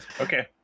Okay